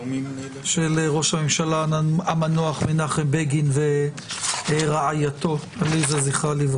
של ראש הממשלה המנוח מנחם בגין ורעייתו עליזה ז"ל.